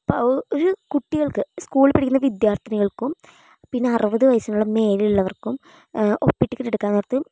ആ ഒരു കുട്ടികൾക്ക് സ്കൂളിൽ പഠിക്കുന്ന വിദ്യാർത്ഥിനികൾക്കും പിന്നെ അറുപത് വയസ്സിനു മേലെയുള്ളവർക്കും ഒ പി ടിക്കറ്റ് എടുക്കാൻ നേരത്ത്